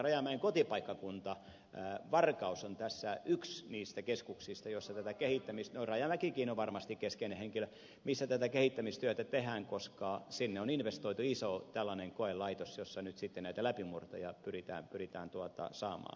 rajamäen kotipaikkakunta varkaus on tässä yksi niistä keskuksista joissa tätä kehittämistyötä no rajamäkikin on varmasti keskeinen henkilö tehdään koska sinne on investoitu iso tällainen koelaitos jossa nyt sitten näitä läpimurtoja pyritään saamaan